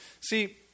See